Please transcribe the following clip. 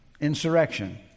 insurrection